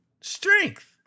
Strength